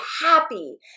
happy